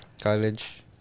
College